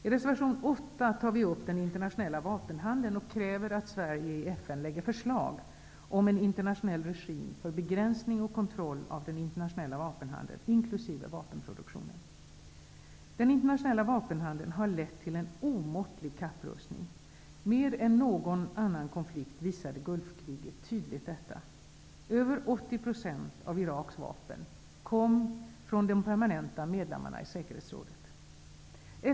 I reservation 8 tar vi upp den internationella vapenhandeln och kräver att Sverige i FN lägger fram förslag om en internationell regim för begränsning och kontroll av den internationella vapenhandeln, inkl. vapenproduktionen. Den internationella vapenhandeln har lett till en omåttlig kapprustning. Mer än någon annan konflikt visade Gulfkriget tydligt detta. Över 80 % av Iraks vapen kom från de permanenta medlemmarna i säkerhetsrådet.